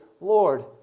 Lord